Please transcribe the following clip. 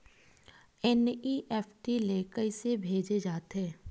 NEFT ले कइसे भेजे जाथे?